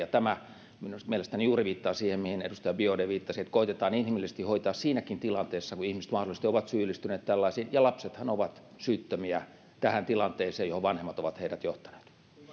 juuri tämä mielestäni viittaa siihen mihin edustaja biaudet viittasi että koetetaan inhimillisesti hoitaa siinäkin tilanteessa kun ihmiset mahdollisesti ovat syyllistyneet tällaisiin ja lapsethan ovat syyttömiä tähän tilanteeseen johon vanhemmat ovat heidät johtaneet